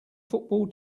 football